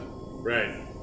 Right